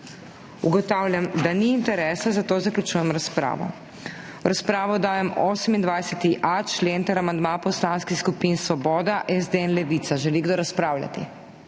Ugotavljam, da ni interesa, zato zaključujem razpravo. V razpravo dajem 28.a člen ter amandma poslanskih skupin Svoboda, SD in Levica. Želi kdo razpravljati?